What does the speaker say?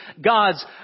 God's